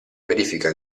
verifica